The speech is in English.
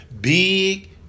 big